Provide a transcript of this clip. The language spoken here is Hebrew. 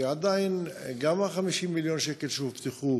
שעדיין גם 50 מיליון השקל שהובטחו